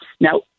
Now